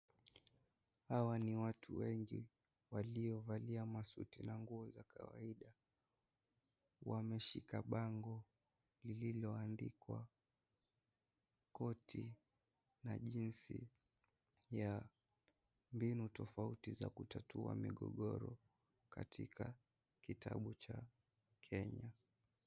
Hawa ni watu wengi waliovalia masuti na nguo za kawaida, wameshika bango lililoandikwa, koti na jinsi ya mbinu tofauti za kutatua migogoro, katika kitabu cha Kenya.